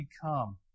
become